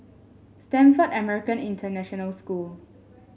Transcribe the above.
Stamford American International School